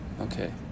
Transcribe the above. okay